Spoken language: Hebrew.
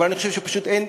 אבל אני חושב שפשוט אין